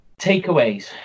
takeaways